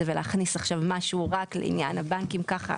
ולהכניס עכשיו משהו רק לעניין הבנקים ככה.